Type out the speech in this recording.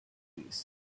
trees